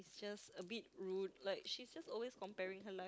is just a bit rude like she's just always comparing her